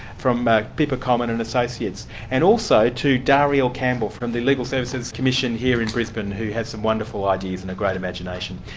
from pippa coleman and associates and also to dariel campbell, from the legal services commission here in brisbane, who has some wonderful ideas and a great imagination.